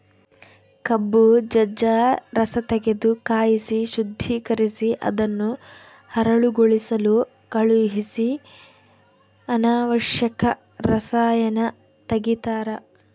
ಕಬ್ಬು ಜಜ್ಜ ರಸತೆಗೆದು ಕಾಯಿಸಿ ಶುದ್ದೀಕರಿಸಿ ಅದನ್ನು ಹರಳುಗೊಳಿಸಲು ಕಳಿಹಿಸಿ ಅನಾವಶ್ಯಕ ರಸಾಯನ ತೆಗಿತಾರ